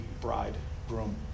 bridegroom